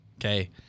Okay